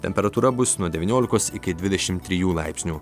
temperatūra bus nuo devyniolikos iki dvidešim trijų laipsnių